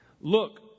Look